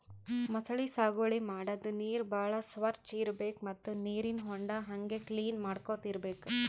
ಮೊಸಳಿ ಸಾಗುವಳಿ ಮಾಡದ್ದ್ ನೀರ್ ಭಾಳ್ ಸ್ವಚ್ಚ್ ಇರ್ಬೆಕ್ ಮತ್ತ್ ನೀರಿನ್ ಹೊಂಡಾ ಹಂಗೆ ಕ್ಲೀನ್ ಮಾಡ್ಕೊತ್ ಇರ್ಬೆಕ್